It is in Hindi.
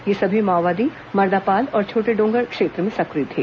ये सभी माओवादी मर्दापाल और छोटेडोंगर क्षेत्र में सक्रिय थे